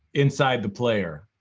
inside the player.